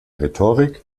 rhetorik